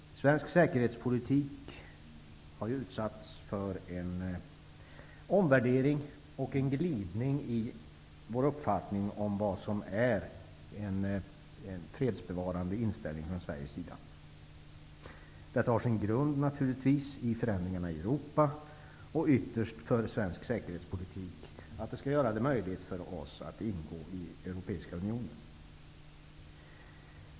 Svensk säkerhetspolitik har utsatts för en omvärdering och en glidning i vår uppfattning om vad som är en fredsbevarande inställning från Sveriges sida. Detta har naturligtvis sin grund i förändringarna i Europa, och avsikten är att det skall bli möjligt för oss att ingå i Europeiska unionen.